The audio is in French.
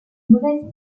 mauvaise